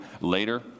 later